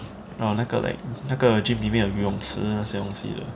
然后那个 like 那个 gym 里面有泳池那些东西的